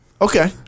Okay